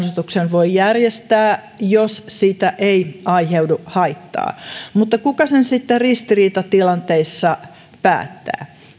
voi järjestää jos siitä ei aiheudu haittaa mutta kuka sen sitten ristiriitatilanteissa päättää